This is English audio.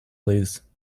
please